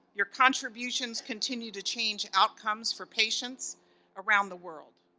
your contributions continue to change outcomes for patients around the world.